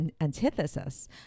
antithesis